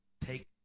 take